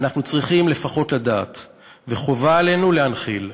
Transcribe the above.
אנחנו צריכים לפחות לדעת וחובה עלינו להנחיל.